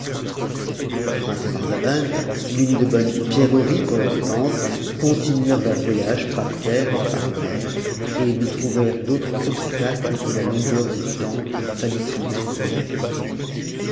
le prince et marzavan munis de bonnes pierreries pour leur dépense continuèrent leur voyage par terre et par mer et ils ne trouvèrent d'autre obstacle que la longueur du temps qu'il fallut y mettre de nécessité